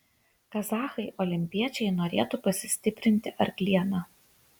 kazachai olimpiečiai norėtų pasistiprinti arkliena